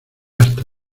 hasta